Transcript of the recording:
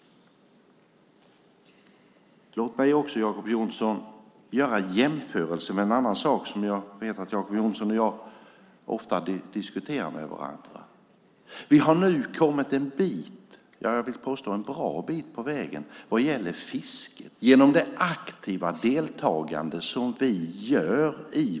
Låt mig också göra en jämförelse med en annan sak som jag vet att Jacob Johnson och jag ofta diskuterar med varandra. Vi har nu kommit en bra bit på vägen vad gäller fisket genom vårt aktiva deltagande i EU-arbetet.